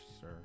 sir